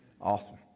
Awesome